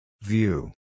View